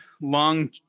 long